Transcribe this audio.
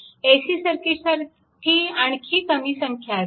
AC सर्किटसाठी आणखी कमी संख्या असेल